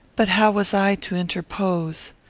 but how was i to interpose?